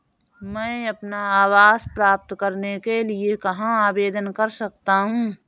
मैं अपना आवास प्राप्त करने के लिए कहाँ आवेदन कर सकता हूँ?